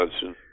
Johnson